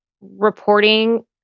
reporting